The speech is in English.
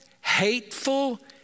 hateful